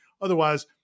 Otherwise